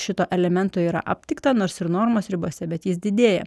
šito elemento yra aptikta nors ir normos ribose bet jis didėja